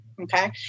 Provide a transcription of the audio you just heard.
Okay